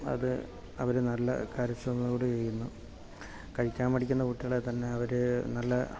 അത് അവർ നല്ല കാര്യക്ഷ്മതയോടുകൂടി ചെയ്യുന്നു കഴിക്കാൻ മടിക്കുന്ന കുട്ടികളെ തന്നെ അവരു നല്ല